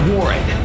Warren